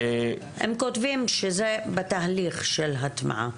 הם כותבים שזה בתהליך של הטמעה.